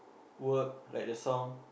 work like the song